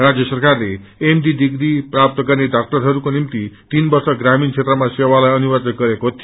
राजय सरकारले MD degree प्राप्त गर्ने डाक्टरहरूको निम्ति तीन वर्ष ग्रामीण क्षेत्रमा सेवालाई अनिवार्य गरेको थियो